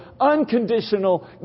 unconditional